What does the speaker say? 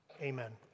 Amen